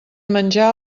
menjar